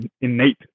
innate